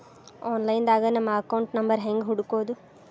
Online ದಾಗ ನಮ್ಮ account number ಹೆಂಗ್ ಹುಡ್ಕೊದು?